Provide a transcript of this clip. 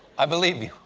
i believe you.